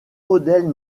modèles